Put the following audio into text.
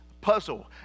puzzle